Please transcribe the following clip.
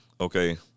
okay